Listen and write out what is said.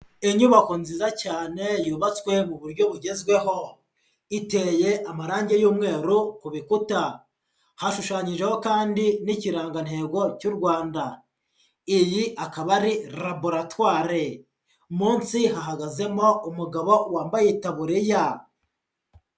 Inyubako nziza cyane yubatswe mu buryo bugezweho, iteye amarange y'umweru ku bikuta, hashushanyijeho kandi n'Ikirangantego cy'u Rwanda, iyi akaba ari laburatwari, munsi hahagazemo umugabo wambaye itaburiya.